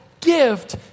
gift